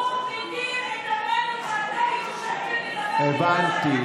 הוא, ואתה יושב ומדבר, הבנתי.